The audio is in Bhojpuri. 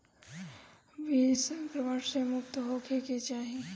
बीज संक्रमण से मुक्त होखे के चाही